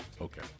Okay